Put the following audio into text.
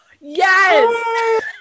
Yes